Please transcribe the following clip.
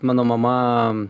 mano mama